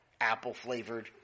apple-flavored